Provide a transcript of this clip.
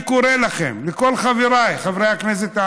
אני קורא לכם, לכל חבריי חברי הכנסת הערבים,